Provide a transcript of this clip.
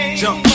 jump